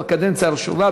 בקדנציה הראשונה,